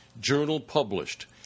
journal-published